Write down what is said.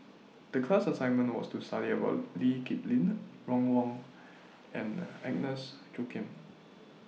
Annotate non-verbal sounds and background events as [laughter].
The class assignment was to study about Lee Kip Lin Ron Wong [noise] and Agnes Joaquim